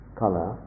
color